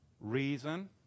reason